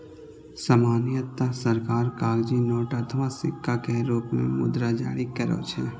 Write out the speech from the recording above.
सामान्यतः सरकार कागजी नोट अथवा सिक्का के रूप मे मुद्रा जारी करै छै